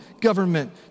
government